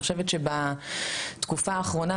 אני חושבת שבתקופה האחרונה,